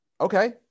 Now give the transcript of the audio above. Okay